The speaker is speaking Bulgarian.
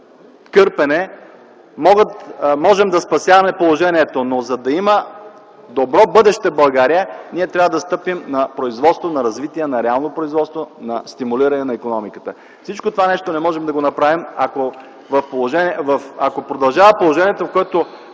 кърпене, можем да спасяваме положението. Но за да има България добро бъдеще, ние трябва да стъпим на производството, на развитието на реалното производство, на стимулиране на икономиката. Всичко това не можем да направим, ако продължава положението, ако